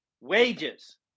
Wages